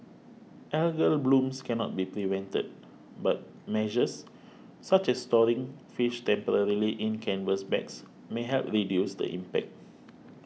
algal blooms cannot be prevented but measures such as storing fish temporarily in canvas bags may help reduce the impact